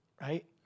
right